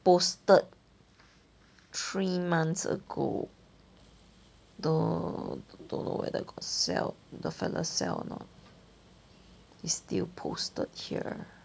posted three months ago don~ don't know whether the fella sell or not it's still posted here